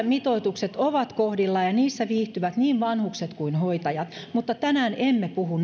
mitoitukset ovat kohdillaan ja siinä viihtyvät niin vanhukset kuin hoitajat mutta tänään emme puhu